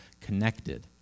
connected